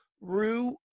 rue